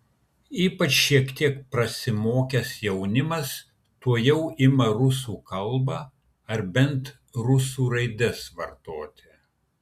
ypač šiek tiek prasimokęs jaunimas tuojau ima rusų kalbą ar bent rusų raides vartoti